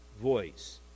voice